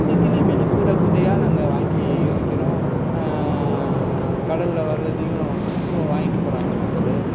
நெத்திலி மீன் கூடை கூடையாக நாங்கள் வாங்கியும் விற்கிறோம் கடல்ல வர்றதையும் கு வாங்கிட்டு போகிறாங்க மக்களும்